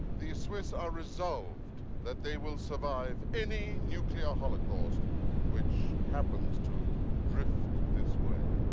the swiss are resolved that they will survive any nuclear holocaust which happens to drift this way.